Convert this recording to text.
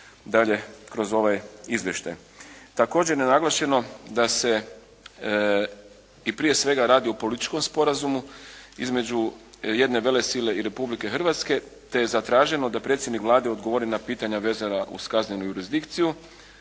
dalje kroz ovaj izvještaj. Također je naglašeno da se i prije svega radi o političkom sporazumu između jedne velesile i Republike Hrvatske te je zatraženo da predsjednik Vlade odgovori na pitanja vezana uz kaznenu jurisdikciju